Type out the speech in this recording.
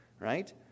right